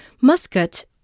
Muscat